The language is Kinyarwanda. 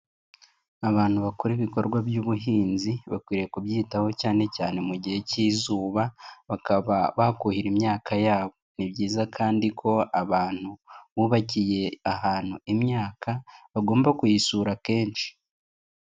Abantu bakora ibikorwa by'ubuhinzi bakwiriye kubyitaho cyane cyane mu gihe cy'izuba bakaba bakuhira imyaka yabo, ni byiza kandi ko abantu bubakiye ahantu imyaka bagomba kuyisura kenshi.